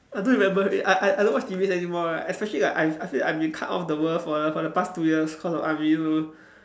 I don't remember I I don't watch T_V anymore like especially like I I feel like I've been cut off the world for the for the past two years cause of army so